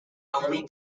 only